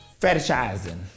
fetishizing